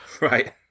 right